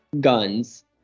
guns